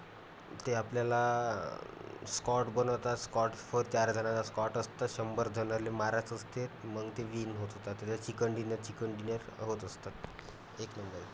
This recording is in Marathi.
ते आपल्याला स्कॉट बनवतात स्कॉट फॉर चार जणांचा स्कॉट असतं शंभर जणांला मारायचं असते मग ते विन होत होतात त्याच्या चिकन डिनर चिकन डिनर होत असतात एक नंबर